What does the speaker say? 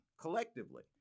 collectively